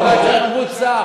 גילאון.